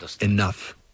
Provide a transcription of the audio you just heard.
enough